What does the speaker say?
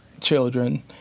children